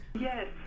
Yes